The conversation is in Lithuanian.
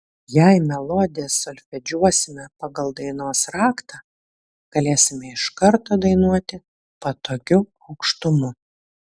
jei melodiją solfedžiuosime pagal dainos raktą galėsime iš karto dainuoti patogiu aukštumu